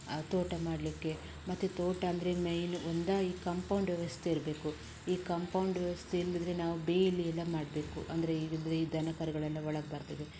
ತೋಟ ಮಾಡಲಿಕ್ಕೆ ಮತ್ತು ತೋಟ ಅಂದರೆ ಮೈನ್ ಒಂದಾ ಈ ಕಂಪೌಂಡ್ ವ್ಯವಸ್ಥೆ ಇರಬೇಕು ಈ ಕಂಪೌಂಡ್ ವ್ಯವಸ್ಥೆ ಇಲ್ಲದಿದ್ದರೆ ನಾವು ಬೇಲಿಯೆಲ್ಲ ಮಾಡಬೇಕು ಅಂದರೆ ಈ ದನ ಕರುಗಳೆಲ್ಲ ಒಳಗೆ ಬರ್ತದೆ